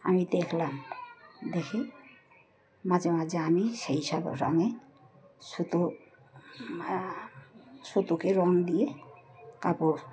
আমি দেখলাম দেখে মাঝে মাঝে আমি সেই সব রঙে সুতো সুতোকে রঙ দিয়ে কাপড়